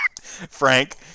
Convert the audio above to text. Frank